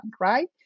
right